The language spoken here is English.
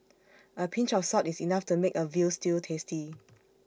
A pinch of salt is enough to make A Veal Stew tasty